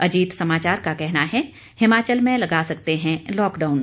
अजीत समाचार का कहना है हिमाचल में लगा सकते हैं लॉकडाउन